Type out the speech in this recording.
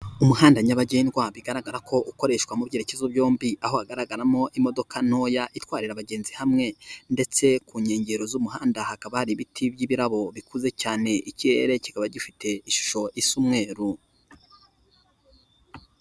Umuhanda nyabagendwa bigaragara ko ukoreshwa mu byerekezo byombi, aho hagaragaramo imodoka ntoya itwarira abagenzi hamwe, ndetse ku nkengero z'umuhanda hakaba hari ibiti by'ibirabo bikuze cyane ikirere kikaba gifite ishusho isa umweru.